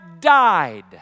died